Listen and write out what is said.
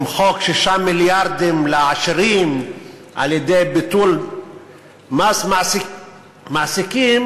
למחוק 6 מיליארדים לעשירים על-ידי ביטול מס מעסיקים,